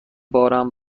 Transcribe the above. بارم